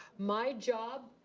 my job,